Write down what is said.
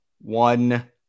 one